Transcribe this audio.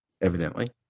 evidently